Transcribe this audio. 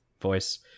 voice